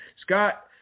Scott